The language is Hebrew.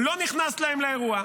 אני לא נכנס להם לאירוע.